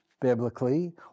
biblically